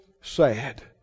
sad